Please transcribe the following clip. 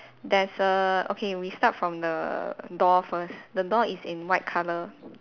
there's a okay we start from the door first the door is in white colour